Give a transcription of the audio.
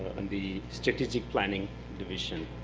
and the strategic planning division.